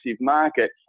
market